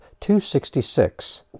266